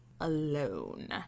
alone